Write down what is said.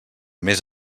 més